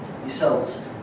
yourselves